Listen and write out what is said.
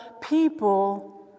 people